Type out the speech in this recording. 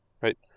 Right